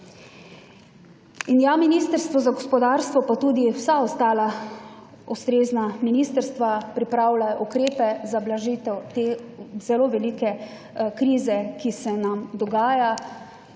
In ja, Ministrstvo za gospodarstvo, pa tudi vsa ostala ustrezna ministrstva pripravljajo ukrepe za blažitev te zelo velike krize, ki se nam dogaja.